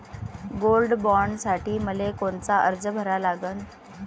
Gold बॉण्डसाठी मले कोनचा अर्ज भरा लागन?